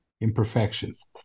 imperfections